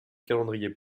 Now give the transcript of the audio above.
calendrier